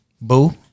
boo